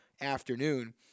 afternoon